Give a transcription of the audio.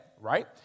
right